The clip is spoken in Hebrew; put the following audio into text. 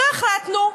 לא החלטנו.